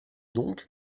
donc